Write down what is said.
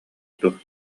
дуо